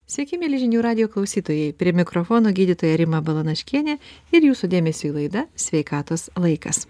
sveiki mieli žinių radijo klausytojai prie mikrofono gydytoja rima balanaškienė ir jūsų dėmesiui laida sveikatos laikas